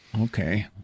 Okay